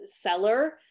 seller